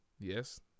Yes